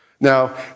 Now